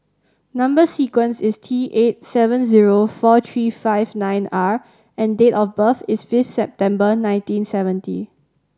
number sequence is T eight seven zero four three five nine R and date of birth is fifth September nineteen seventy